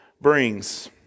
brings